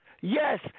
Yes